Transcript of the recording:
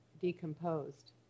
decomposed